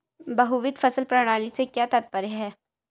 बहुविध फसल प्रणाली से क्या तात्पर्य है?